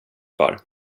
kvar